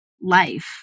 life